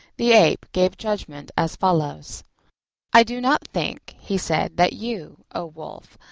the ape gave judgment as follows i do not think, he said, that you, o wolf,